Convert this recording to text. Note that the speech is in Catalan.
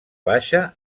baixa